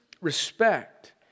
respect